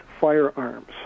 firearms